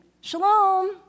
Shalom